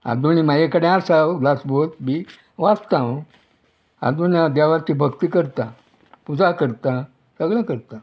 आजुनी म्हाजे कडेन आसा दासबोद बी वाचता हांव आजुनी हांव देवाची भक्ती करतां पुजा करतां सगळें करतां